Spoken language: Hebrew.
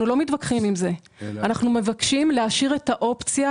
אנחנו מבקשים להשאיר את האופציה,